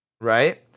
Right